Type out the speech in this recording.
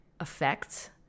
effects